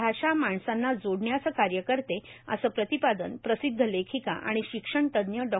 भाषा माणसांना जोडण्याचे कार्य करते असं प्रतिपादन प्रसिध्द लेखिका आणि शिक्षणतज्ज्ञ डॉ